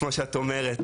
כמו שאת אומרת,